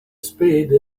spade